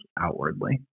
outwardly